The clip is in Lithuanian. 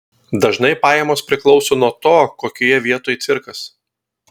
dažnai pajamos priklauso nuo to kokioje vietoj cirkas